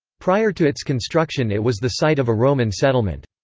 prior to its construction it was the site of a roman settlement.